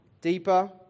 deeper